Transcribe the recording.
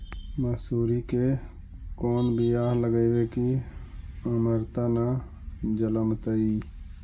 मसुरी के कोन बियाह लगइबै की अमरता न जलमतइ?